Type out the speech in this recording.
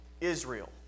Israel